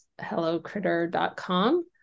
hellocritter.com